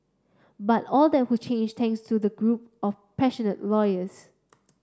but all that would change thanks to a group of passionate lawyers